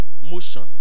Motion